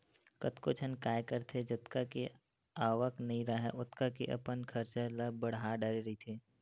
कतको झन काय करथे जतका के आवक नइ राहय ओतका के अपन खरचा ल बड़हा डरे रहिथे